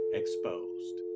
exposed